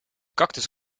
cactus